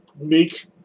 make